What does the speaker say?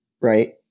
right